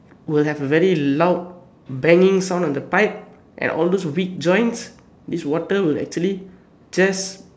will have a really loud banging sound on the pipe and all those ripped joints this water will actually just